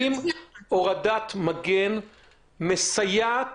האם הורדת מגן מסייעת